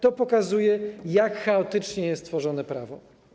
To pokazuje, jak chaotycznie jest tworzone prawo.